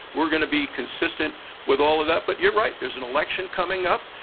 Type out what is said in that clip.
were going to be consistent with all of that, but youre right. theres an election coming up.